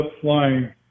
flying